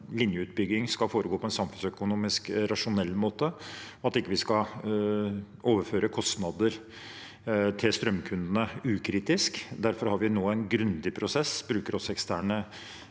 linjeutbygging skal foregå på en samfunnsøkonomisk rasjonell måte, og at vi ikke ukritisk skal overføre kostnader til strømkundene. Derfor har vi nå en grundig prosess og bruker også eksterne